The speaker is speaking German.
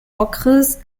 okres